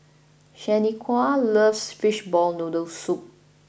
Shaniqua loves Fishball Noodle Soup